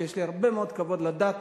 כי יש לי הרבה מאוד כבוד לדת,